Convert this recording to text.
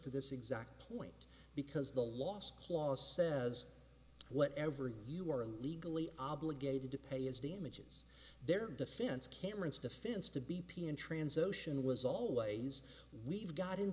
to this exact point because the last clause says whatever you are legally obligated to pay is damages their defense cameron's defense to b p and trans ocean was always we've got in